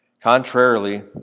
Contrarily